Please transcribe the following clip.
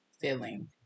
feeling